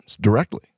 directly